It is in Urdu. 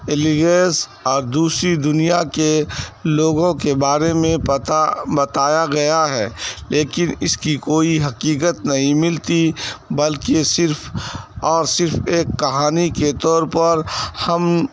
ایلینس اور دوسری دنیا کے لوگوں کے بارے میں پتا بتایا گیا ہے لیکن اس کی کوئی حقیقت نہیں ملتی بلکہ صرف اور صرف ایک کہانی کے طور پر ہم